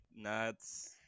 nuts